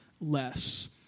less